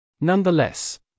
Nonetheless